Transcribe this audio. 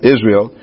Israel